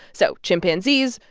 so chimpanzees,